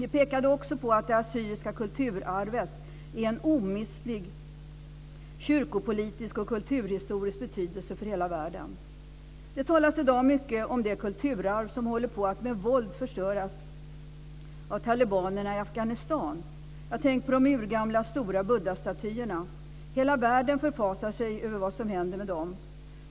Vi pekade också på att det assyriska kulturarvet har en omistlig kyrkopolitisk och kulturhistorisk betydelse för hela världen. Det talas i dag mycket om det kulturarv som håller på att med våld förstöras av talibanerna i Afghanistan. Jag tänker på de urgamla stora buddhastatyerna. Hela världen förfasar sig över vad som händer med dem.